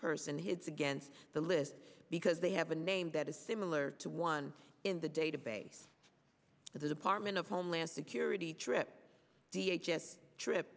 person hits against the list because they have a name that is similar to one in the database with the department of homeland security trip d h s trip